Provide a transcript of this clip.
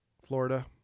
florida